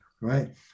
right